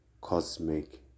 cosmic